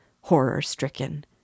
horror-stricken